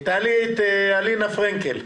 תעלו את אלינה פרנקל.